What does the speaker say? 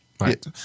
Right